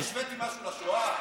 אני השוויתי משהו לשואה?